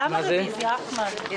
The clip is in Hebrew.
למה רוויזיה, אחמד?